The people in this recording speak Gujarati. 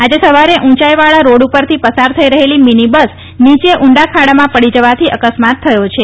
આજે સવારે ઉંચાઇવાળા રોડ ઉપરથી પસાર જઇ રહેલી મીની બસ નીચે ઉંડા ખાડામાં પડી જવાથી અકસ્માત થયો છે